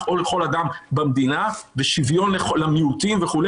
או לכל אדם במדינה ושוויון למיעוטים וכו'.